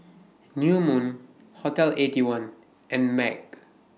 New Moon Hotel Eighty One and MAG